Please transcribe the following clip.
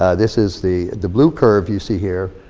ah this is the the blue curve you see here.